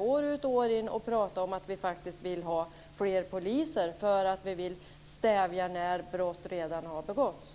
år ut och år in ska behöva tala om att vi vill ha fler poliser för att stävja de brott som begås.